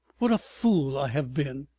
what a fool i have been!